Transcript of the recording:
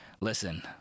listen